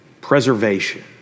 Preservation